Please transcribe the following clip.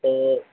तो